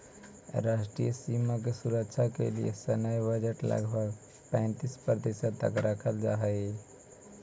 राष्ट्रीय सीमा के सुरक्षा के लिए सैन्य बजट लगभग पैंतीस प्रतिशत तक रखल जा हई